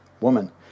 woman